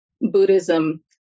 Buddhism